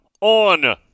on